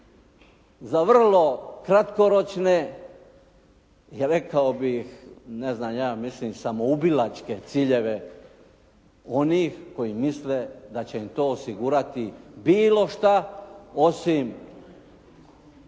za vrlo kratkoročne, rekao bih ne znam ja mislim samoubilačke ciljeve onih koji misle da će im to osigurati bilo što osim